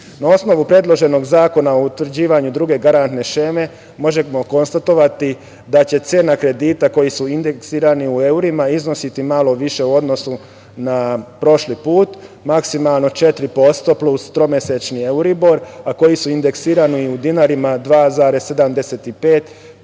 osnovu predloženog Zakona o utvrđivanju druge garantne šeme možemo konstatovati da će cena kredita koji su indeksirani u evrima iznositi malo više u odnosu na prošli put, maksimalno 4% plus tromesečni euribor, a koji su indeksirani u dinarima 2,75